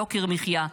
יוקר מחיה,